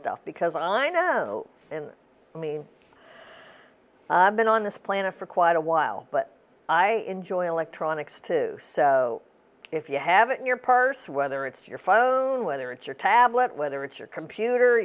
stuff because i know i mean been on this planet for quite a while but i enjoy electronics too so if you have it in your purse whether it's your own whether it's your tablet whether it's your computer